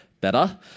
better